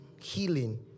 healing